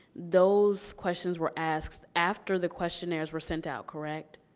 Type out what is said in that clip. those questions were asked after the questionnaires were sent out, correct?